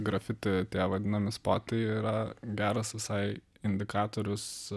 grafiti tie vadinami spotai yra geras visai indikatorius